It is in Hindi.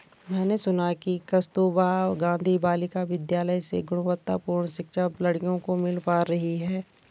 मैंने सुना है कि कस्तूरबा गांधी बालिका विद्यालय से गुणवत्तापूर्ण शिक्षा लड़कियों को मिल पा रही है